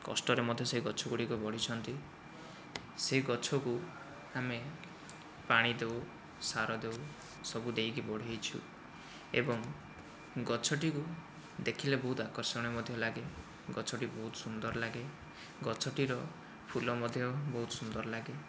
କଷ୍ଟରେ ମଧ୍ୟ ସେ ଗଛ ଗୁଡ଼ିକ ବଢ଼ିଛନ୍ତି ସେହି ଗଛକୁ ଆମେ ପାଣି ଦେଉ ସାର ଦେଉ ସବୁ ଦେଇକି ବଢ଼ାଇଛୁ ଏବଂ ଗଛଟିକୁ ଦେଖିଲେ ବହୁତ ଆକର୍ଷଣୀୟ ମଧ୍ୟ ଲାଗେ ଗଛଟି ବହୁତ ସୁନ୍ଦର ଲାଗେ ଗଛଟିର ଫୁଲ ମଧ୍ୟ ବହୁତ ସୁନ୍ଦର ଲାଗେ